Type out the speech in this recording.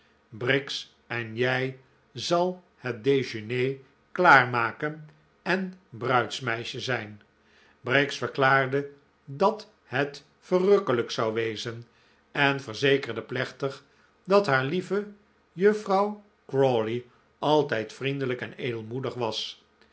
briggs en jij zal het dejeuner klaar maken en bruidsmeisje zijn briggs verklaarde dat het verrukkelijk zou wezen en verzekerde plechtig dat haar lieve juffrouw crawley altijd vriendelijk en edelmoedig was